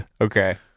Okay